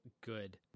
good